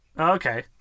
Okay